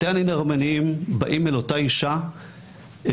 בתי הדין הרבניים באים אל אותה אישה שאומרת,